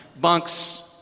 Bunks